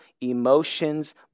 emotions